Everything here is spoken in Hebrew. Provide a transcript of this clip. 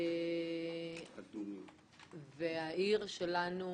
העיר שלנו